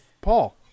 Paul